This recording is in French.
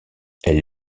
elle